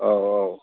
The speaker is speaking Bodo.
अ औ